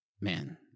man